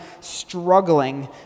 struggling